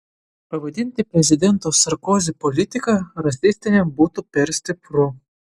pavadinti prezidento sarkozi politiką rasistine būtų per stipru